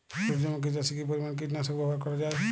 সূর্যমুখি চাষে কি পরিমান কীটনাশক ব্যবহার করা যায়?